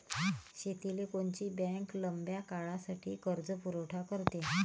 शेतीले कोनची बँक लंब्या काळासाठी कर्जपुरवठा करते?